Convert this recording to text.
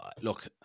look